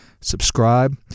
Subscribe